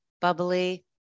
bubbly